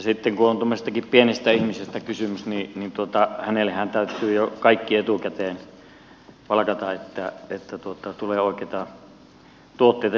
sitten kun on tuommoisestakin pienestä ihmisestä kysymys niin hänellehän täytyy jo kaikki etukäteen valkata että tulee oikeita tuotteita syötyä